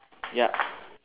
ya